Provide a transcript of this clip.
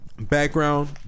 background